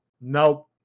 Nope